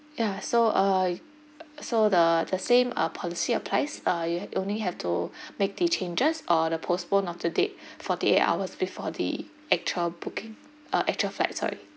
yeah so uh so the the same uh policy applies uh you only have to make the changes uh the postpone of the date forty eight hours before the actual booking uh actual flight sorry